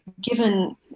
given